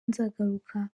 nzagaruka